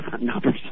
numbers